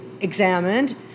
examined